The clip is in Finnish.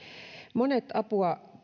monet apua